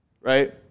right